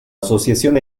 asociación